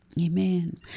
Amen